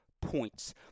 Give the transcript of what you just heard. points